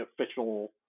official